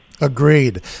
Agreed